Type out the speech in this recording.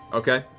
okay.